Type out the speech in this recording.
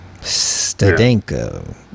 Stadenko